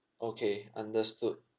okay understood